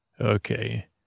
Okay